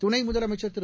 துணை முதலமைச்சர் திரு